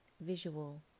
visual